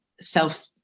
self